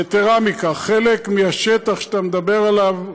יתרה מכך, חלק מהשטח שאתה מדבר עליו,